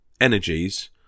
energies